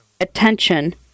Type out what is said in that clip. attention